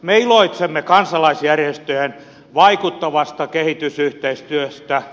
me iloitsemme kansalaisjärjestöjen vaikuttavasta kehitysyhteistyöstä